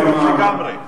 לגמרי.